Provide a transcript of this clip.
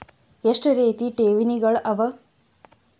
ಎಷ್ಟ ರೇತಿ ಠೇವಣಿಗಳ ಅವ?